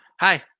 Hi